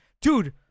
dude